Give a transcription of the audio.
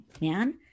man